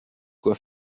quoi